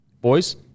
boys